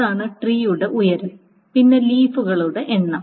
അതാണ് ട്രീയുടെ ഉയരം പിന്നെ ലീഫുകളുടെ എണ്ണം